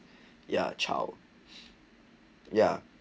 your chow ya